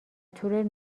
طول